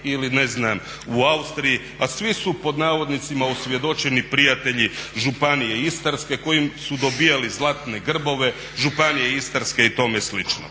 ili u Austriji, a svi su pod navodnicima osvjedočeni prijatelji Županije istarske kojim su dobivali zlatne grbove Županije istarske i tome slično.